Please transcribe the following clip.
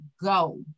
go